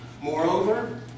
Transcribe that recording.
Moreover